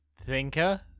thinker